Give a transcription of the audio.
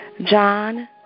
John